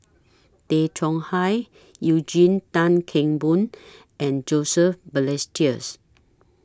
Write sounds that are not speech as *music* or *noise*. Tay Chong Hai Eugene Tan Kheng Boon and Joseph Balestier *unintelligible*